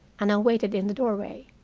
and i waited in the doorway.